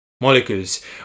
Molecules